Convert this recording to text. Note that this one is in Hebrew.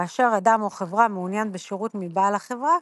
כאשר אדם או חברה מעוניין בשירות מבעל החברה,